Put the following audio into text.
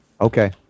Okay